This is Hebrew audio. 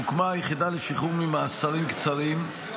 הוקמה היחידה לשחרור ממאסרים קצרים,